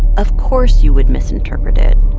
of course you would misinterpret it.